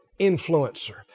influencer